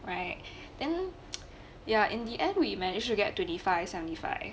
right then ya in the end we managed to get twenty five seventy five